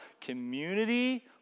Community